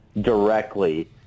directly